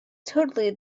totally